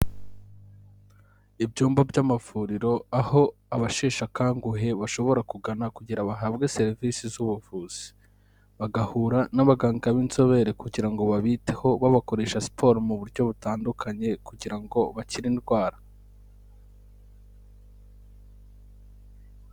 Ibyumba by'amavuriro aho abasheshe akanguhe bashobora kugana kugira bahabwe serivisi z'ubuvuzi bagahura n'abaganga b'inzobere kugira ngo babiteho babakoresha siporo mu buryo butandukanye kugira ngo bakire indwara.